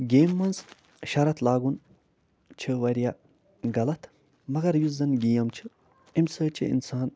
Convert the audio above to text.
گیمہِ منٛز شرط لاگُن چھِ واریاہ غلط مگر یُس زَنہٕ گیم چھِ اَمہِ سۭتۍ چھِ اِنسان